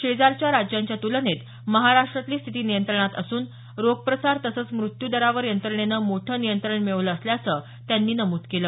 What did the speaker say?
शेजारच्या राज्यांच्या तुलनेत महाराष्ट्रातली स्थिती नियंत्रणात असून रोग प्रसार तसंच मृत्यू दरावर यंत्रणेनं मोठं नियंत्रण मिळवलं असल्याचं त्यांनी नमूद केलं